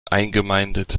eingemeindet